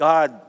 God